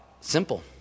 Simple